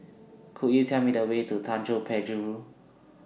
Could YOU Tell Me The Way to Tanjong Penjuru